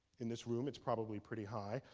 in this room, it's probably pretty high.